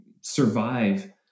survive